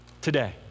today